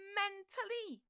mentally